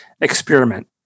experiment